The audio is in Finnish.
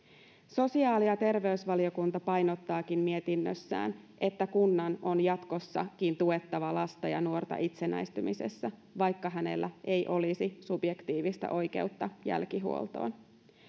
sosiaali ja terveysvaliokunta painottaakin mietinnössään että kunnan on jatkossakin tuettava lasta ja nuorta itsenäistymisessä vaikka hänellä ei olisi subjektiivista oikeutta jälkihuoltoon